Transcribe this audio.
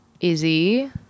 Izzy